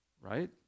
right